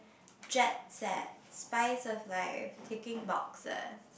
jetset spice of life ticking boxes